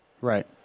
Right